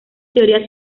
teoría